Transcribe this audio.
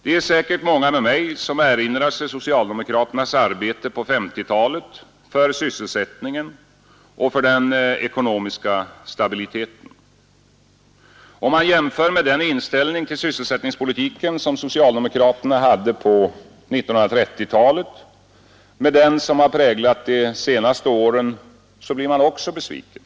Det är säkert många med mig som erinrar sig socialdemokraternas arbete på 1950-talet för sysselsättningen och för den ekonomiska stabiliteten. Om man jämför den inställning till sysselsättningspolitiken, som socialdemokraterna hade på 1930-talet, med den som har präglat de senaste åren, så blir man också besviken.